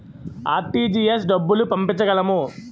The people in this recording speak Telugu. ఆర్.టీ.జి.ఎస్ డబ్బులు పంపించగలము?